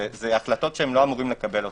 זה החלטות שהם לא אמורים לקבל אותן.